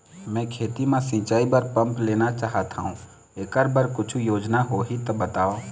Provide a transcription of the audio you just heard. मैं खेती म सिचाई बर पंप लेना चाहत हाव, एकर बर कुछू योजना होही त बताव?